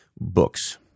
books